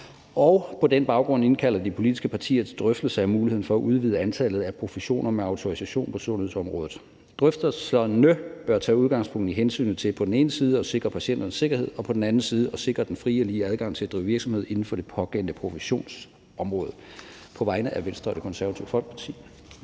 og på den baggrund indkalder de politiske partier til drøftelse af muligheden for at udvide antallet af professioner med autorisation på sundhedsområdet. Drøftelserne bør tage udgangspunkt i hensynet til på den ene side at sikre patienternes sikkerhed og på den anden side sikre den frie og lige adgang til at drive virksomhed inden for det pågældende professionsområde.« (Forslag til vedtagelse nr.